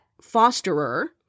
fosterer